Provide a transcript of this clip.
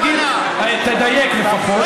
אל תגיד, תדייק לפחות.